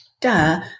duh